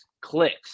clicks